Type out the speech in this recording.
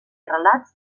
relats